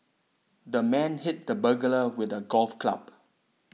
the man hit the burglar with a golf club